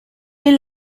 est